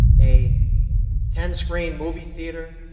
a ten-screen movie theater,